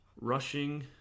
Rushing